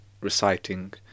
reciting